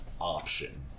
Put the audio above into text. option